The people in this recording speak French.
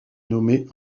nommé